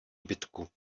bitku